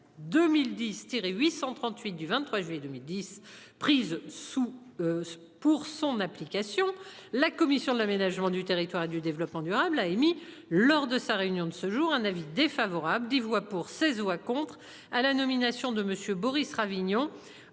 tirer 838 du 23 juillet 2010. Prise sous. Pour son application. La commission de l'aménagement du territoire et du développement durable a émis lors de sa réunion de ce jour un avis défavorable, 10 voix pour, 16, ou à contre à la nomination de Monsieur Boris Ravignon